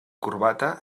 corbata